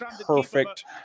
perfect